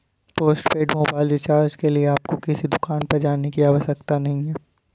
postpaid mobile recharge के लिए आपको किसी दुकान पर जाने की आवश्यकता नहीं है